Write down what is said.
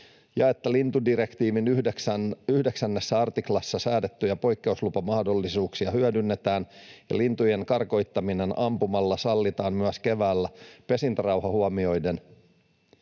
lintudirektiivin 9 artiklassa säädettyjä poikkeuslupamahdollisuuksia hyödynnetään ja lintujen karkottaminen ampumalla sallitaan myös keväällä pesintärauha huomioiden.